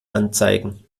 anzeigen